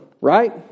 Right